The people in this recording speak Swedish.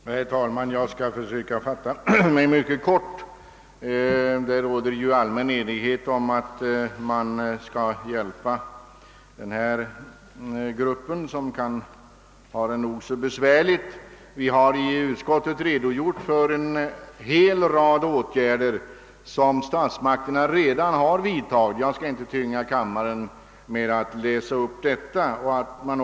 Herr talman! Jag skall försöka fatta mig mycket kort. Det råder ju allmän enighet om att man bör hjälpa de handikappade, en grupp som kan ha nog så besvärligt. I utskottets betänkande redogöres för en hel rad åtgärder som statsmakterna i detta syfte redan har vidtagit — jag skall inte tynga kammaren med att läsa upp denna redogörelse.